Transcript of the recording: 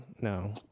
No